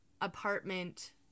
apartment